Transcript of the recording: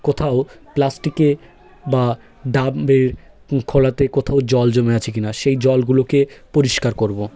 কোথাও প্লাস্টিকে বা ডাম্বের খোলাতে কোথাও জল জমে আছে কি না সেই জলগুলোকে পরিষ্কার করবো